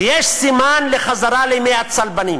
ויש סימן לחזרה לימי הצלבנים.